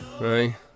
right